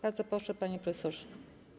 Bardzo proszę, panie profesorze.